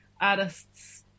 artists